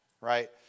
right